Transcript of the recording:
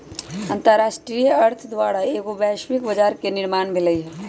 अंतरराष्ट्रीय अर्थ द्वारा एगो वैश्विक बजार के निर्माण भेलइ ह